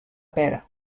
pera